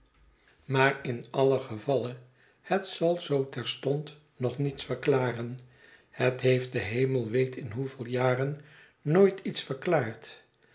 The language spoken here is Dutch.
maar in allen gevalle het zal zoo terstond nog niets verklaren het heeft de hemel weet in hoeveel jaren nooit iets verklaard